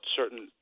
certain